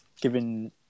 given